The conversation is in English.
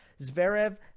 Zverev